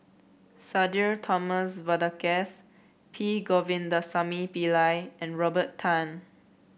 Sudhir Thomas Vadaketh P Govindasamy Pillai and Robert Tan